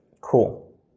Cool